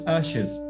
ashes